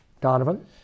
Donovan